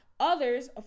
Others